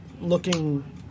looking